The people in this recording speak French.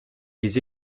les